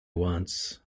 once